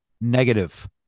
Negative